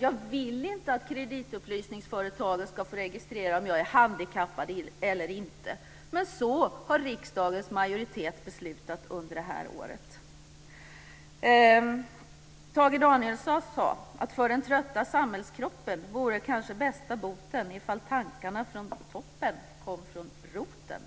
Jag vill inte att kreditupplysningsföretagen ska få registrera om jag är handikappad eller inte. Men så har riksdagens majoritet beslutat under det här året. Tage Danielsson sade: För den trötta samhällskroppen vore kanske bästa boten ifall tankarna från toppen kom från roten.